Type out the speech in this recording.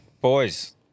boys